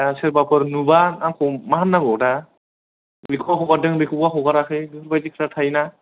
दा सोरबाफोर नुबा आंखौ मा होननांगौ दा बेखौबा हगारदों बेखौबा हगाराखै बेफोरबादि खोथा थायोना